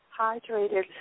Hydrated